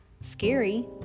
scary